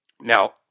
Now